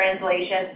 translation